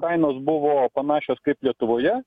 kainos buvo panašios kaip lietuvoje